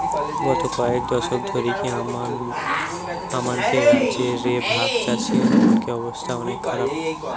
গত কয়েক দশক ধরিকি আমানকের রাজ্য রে ভাগচাষীমনকের অবস্থা অনেক খারাপ